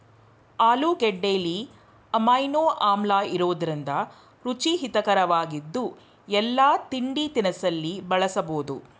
ಆಲೂಗೆಡ್ಡೆಲಿ amino ಆಮ್ಲಇರೋದ್ರಿಂದ ರುಚಿ ಹಿತರಕವಾಗಿದ್ದು ಎಲ್ಲಾ ತಿಂಡಿತಿನಿಸಲ್ಲಿ ಬಳಸ್ಬೋದು